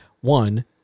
one